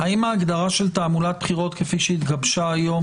האם ההגדרה של תעמולת בחירות כפי שהתגבשה היום